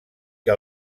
que